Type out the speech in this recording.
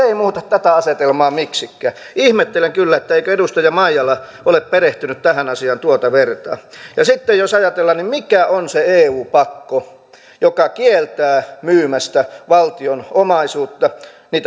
ei muuta tätä asetelmaa miksikään ihmettelen kyllä eikö edustaja maijala ole perehtynyt tähän asiaan tuota vertaa sitten jos ajatellaan niin mikä on se eu pakko joka kieltää myymästä valtion omaisuutta